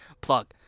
Plug